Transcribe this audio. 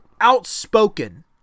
outspoken